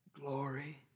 glory